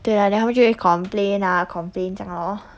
对啊 then 他们就会 complain ah complain 这样 lor